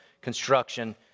construction